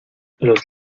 los